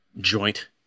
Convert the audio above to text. joint